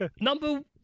Number